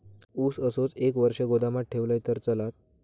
ऊस असोच एक वर्ष गोदामात ठेवलंय तर चालात?